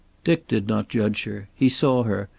dick did not judge her. he saw her,